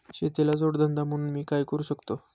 शेतीला जोड धंदा म्हणून मी काय करु शकतो?